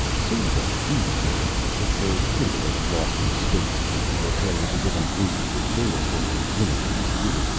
sort of a cute game. it's a simulated lost-in-space thing. the players are given incomplete data for their miniature computers,